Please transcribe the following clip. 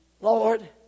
Lord